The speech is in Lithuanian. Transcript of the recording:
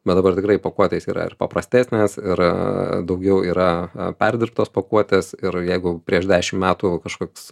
bet dabar tikrai pakuotės yra ir paprastesnės ir daugiau yra perdirbtos pakuotės ir jeigu prieš dešimt metų kažkoks